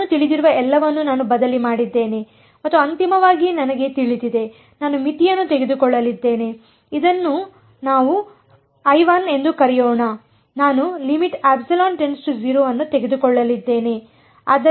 ನಾನು ತಿಳಿದಿರುವ ಎಲ್ಲವನ್ನೂ ನಾನು ಬದಲಿ ಮಾಡಿದ್ದೇನೆ ಮತ್ತು ಅಂತಿಮವಾಗಿ ನನಗೆ ತಿಳಿದಿದೆ ನಾನು ಮಿತಿಯನ್ನು ತೆಗೆದುಕೊಳ್ಳಲಿದ್ದೇನೆ ನಾವು ಇದನ್ನು I1 ಎಂದು ಕರೆಯೋಣ ನಾನು ಅನ್ನು ತೆಗೆದುಕೊಳ್ಳಲಿದ್ದೇನೆ